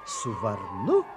su varnu